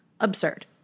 absurd